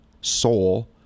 soul